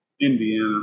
Indiana